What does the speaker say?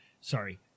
sorry